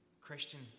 Christian